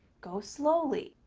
go slowly,